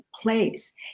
place